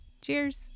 cheers